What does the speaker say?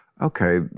Okay